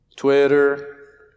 Twitter